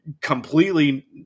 completely